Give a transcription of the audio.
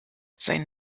sein